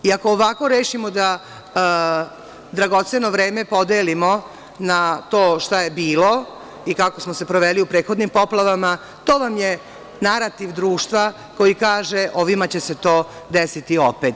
I ako ovako rešimo da dragoceno vreme podelimo na to šta je bilo i kako smo se proveli u prethodnim poplavama, to vam je narativ društva koji kaže – ovima će se to desiti opet.